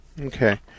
okay